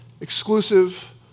exclusive